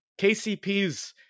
KCPs